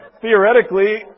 theoretically